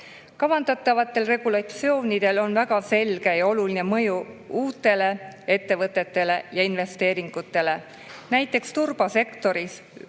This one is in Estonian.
Kavandatavatel regulatsioonidel on väga selge ja oluline mõju uutele ettevõtetele ja investeeringutele. Näiteks turbasektoris